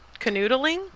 canoodling